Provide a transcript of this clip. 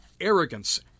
Arrogance